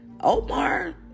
Omar